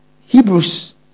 Hebrews